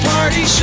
Party